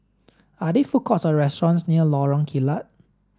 are there food courts or restaurants near Lorong Kilat